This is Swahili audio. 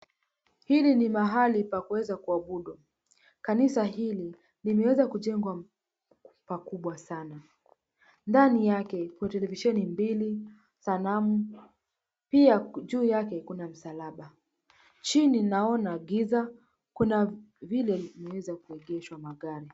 Hili ni mahali pa kuweza kuabudu. Kanisa hili limeweza kujengwa pakubwa sana. Ndani yake kuna televisheni mbili, sanamu, pia juu yake kuna msalaba. Chini naona giza, kuna vile inaweza kuegeshwa magari.